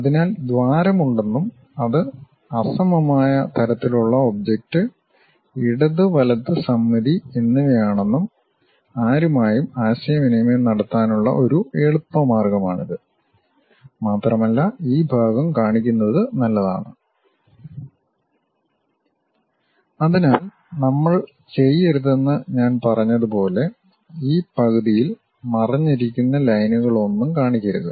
അതിനാൽ ദ്വാരമുണ്ടെന്നും അത് അസമമായ തരത്തിലുള്ള ഒബ്ജക്റ്റ് ഇടത് വലത് സമമിതി എന്നിവയാണെന്നും ആരുമായും ആശയവിനിമയം നടത്താനുള്ള ഒരു എളുപ്പ മാർഗമാണിത് മാത്രമല്ല ഈ ഭാഗം കാണിക്കുന്നത് നല്ലതാണ് അതിനാൽ നമ്മൾ ചെയ്യരുതെന്ന് ഞാൻ പറഞ്ഞതുപോലെ ഈ പകുതിയിൽ മറഞ്ഞിരിക്കുന്ന ലൈനുകളൊന്നും കാണിക്കരുത്